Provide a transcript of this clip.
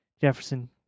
Jefferson